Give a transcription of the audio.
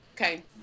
Okay